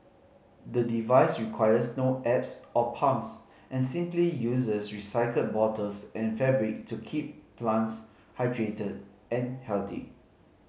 the device requires no apps or pumps and simply uses recycled bottles and fabric to keep plants hydrated and healthy